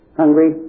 hungry